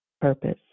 purpose